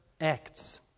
Acts